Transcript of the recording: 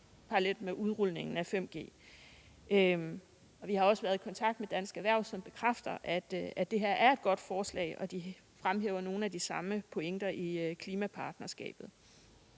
parallelt med udrulningen af 5G. Vi har også været i kontakt med Dansk Erhverv, som bekræfter, at det her er et godt forslag, og de fremhæver nogle af de samme pointer i klimapartnerskabet.